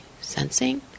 sensing